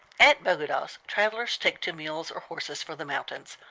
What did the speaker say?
at bodegas travelers take to mules or horses for the mountains,